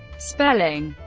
spelling